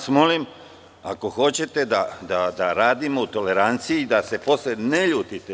Molim vas, ako hoćete da radimo u toleranciji da se posle ne ljutite.